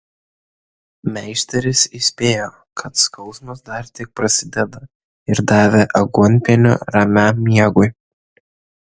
meisteris įspėjo kad skausmas dar tik prasideda ir davė aguonpienio ramiam miegui